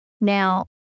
Now